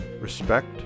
respect